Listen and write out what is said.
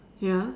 ya